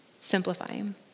Simplifying